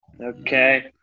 Okay